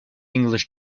english